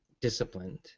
disciplined